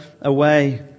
away